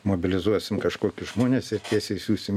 mobilizuosim kažkokius žmones ir tiesiai išsiųsim